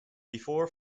before